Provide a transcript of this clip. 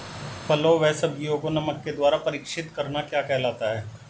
फलों व सब्जियों को नमक के द्वारा परीक्षित करना क्या कहलाता है?